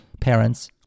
parents